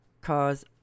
cause